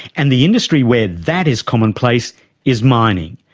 and the industry where that is commonplace is mining,